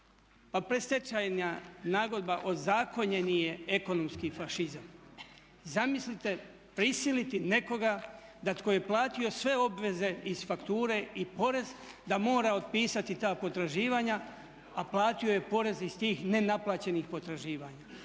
Pa predstečajna nagodba ozakonjeni je ekonomski fašizam. Zamislite prisiliti nekoga da tko je platio sve obveze iz fakture i porez da mora otpisati ta potraživanja a platio je porez iz tih nenaplaćenih potraživanja,